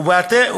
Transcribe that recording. ובהתאם,